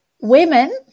women